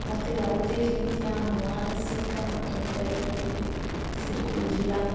ಮತ್ತು ಯಾವುದೇ ರೀತಿಯ ಮಾನಸಿಕ ತೊಂದರೆಗಳಲ್ಲಿ ಸಿಲುಕುವುದಿಲ್ಲ